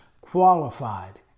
qualified